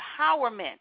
empowerment